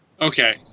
Okay